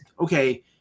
okay